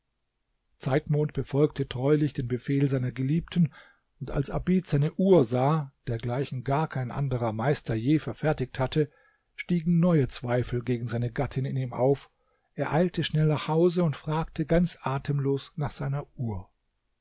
zeitmond befolgte treulich den befehl seiner geliebten und als abid seine uhr sah dergleichen gar kein anderer meister je verfertigt hatte stiegen neue zweifel gegen seine gattin in ihm auf er eilte schnell nach hause und fragte ganz atemlos nach seiner uhr